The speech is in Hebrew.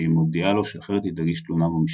כשהיא מודיעה לו שאחרת היא תגיש תלונה במשטרה.